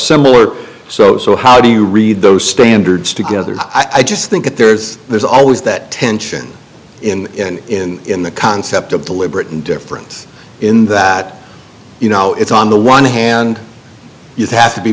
similar so so how do you read those standards together i just think that there's there's always that tension in in the concept of deliberate indifference in that you know it's on the one hand you have to be